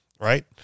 right